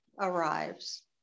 arrives